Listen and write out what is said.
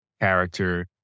character